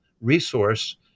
resource